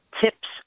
tips